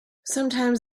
sometimes